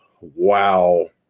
Wow